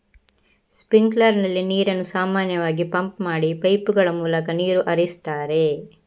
sprinkler ನಲ್ಲಿ ನೀರನ್ನು ಸಾಮಾನ್ಯವಾಗಿ ಪಂಪ್ ಮಾಡಿ ಪೈಪುಗಳ ಮೂಲಕ ನೀರು ಹರಿಸ್ತಾರೆ